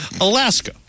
Alaska